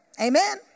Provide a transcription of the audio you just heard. Amen